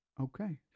Okay